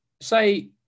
say